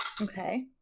Okay